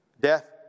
Death